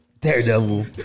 Daredevil